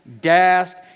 desk